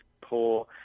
poor